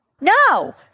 No